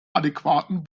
adäquaten